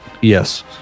Yes